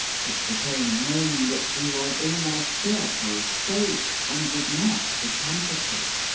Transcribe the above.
it became known that she was in a fearful state, and would not be comforted.